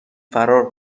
فرار